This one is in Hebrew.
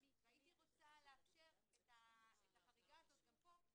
הייתי רוצה לאפשר את החריגה הזו גם פה,